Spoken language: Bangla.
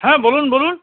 হ্যাঁ বলুন বলুন